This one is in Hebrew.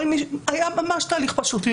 היה ממש תהליך פשוט.